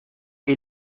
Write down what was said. que